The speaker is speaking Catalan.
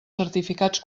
certificats